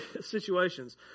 situations